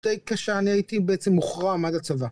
די קשה, אני הייתי בעצם מוכרע מאז הצבא